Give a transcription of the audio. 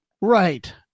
Right